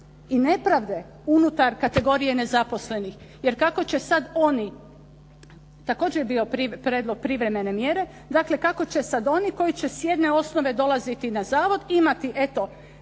i nepravde unutar kategorije nezaposlenih. Jer kako će sada oni, također je bio prijedlog privremene mjere, dakle kako će sada oni koji će s jedne osnove dolaziti na zavod imati nešto